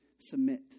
submit